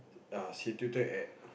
ah she tilted at